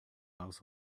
house